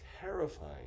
terrifying